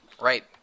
Right